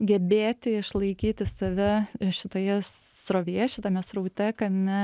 gebėti išlaikyti save šitoje srovėje šitame sraute kame